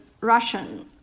Russian